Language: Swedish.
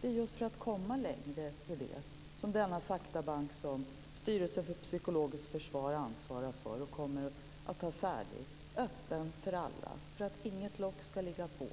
Det är just för att komma längre i detta som vi öppnar denna faktabank, som Styrelsen för psykologiskt försvar ansvarar för. Den kommer att vara öppen för alla. Inget lock ska ligga på.